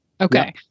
Okay